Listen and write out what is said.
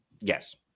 yes